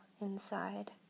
inside